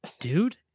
Dude